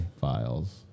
files